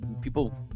people